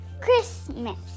Christmas